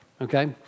Okay